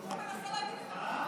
הוא מנסה להגיד לך.